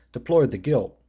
deplored the guilt,